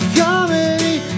comedy